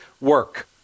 work